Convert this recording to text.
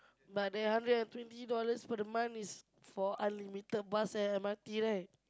but that hundred and twenty dollars for the month is for unlimited bus and M_R_T right